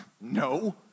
no